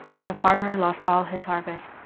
and the farmer lost all his harvest.